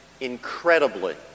incredibly